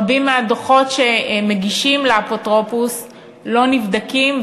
רבים מהדוחות שמגישים לאפוטרופוס לא נבדקים,